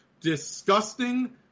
disgusting